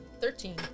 Thirteen